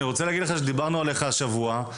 דיברנו עליך השבוע,